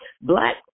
black